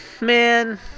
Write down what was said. Man